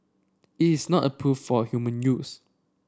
it is not approved for human use